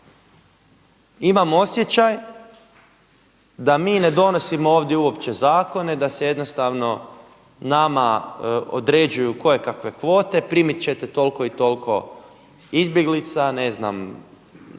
Imam osjećaj da mi ne donosimo ovdje uopće zakone, da se jednostavno nama određuju kojekakve kvote, primit će te toliko i toliko izbjeglica, ne znam